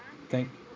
thank